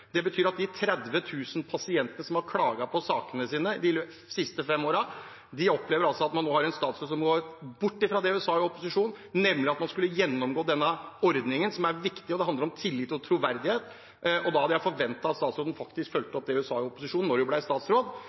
Det betyr at de 30 000 pasientene som har klaget på sakene sine de siste fem årene, nå opplever å ha en statsråd som går bort fra det hun sa i opposisjon, nemlig at man skulle gjennomgå denne viktige ordningen. Det handler om tillit og troverdighet. Jeg hadde forventet at statsråden faktisk fulgte opp det hun sa i opposisjon, da hun ble statsråd,